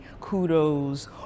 kudos